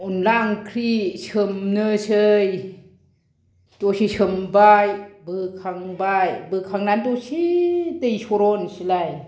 अनला ओंख्रि सोमनोसै दसे सोमबाय बोखांबाय बोखांनानै दसे दै सर'होनोसै लाय